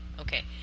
okay